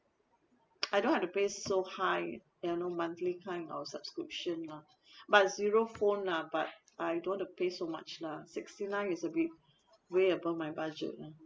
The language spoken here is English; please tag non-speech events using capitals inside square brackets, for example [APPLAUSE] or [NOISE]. [NOISE] I don't have to pay so high you know monthly kind of subscription lah [BREATH] but zero phone lah but I don't want to pay so much lah sixty nine is a bit way above my budget lah